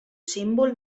símbol